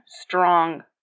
strong